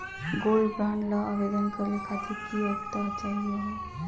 Gold bond ल आवेदन करे खातीर की योग्यता चाहियो हो?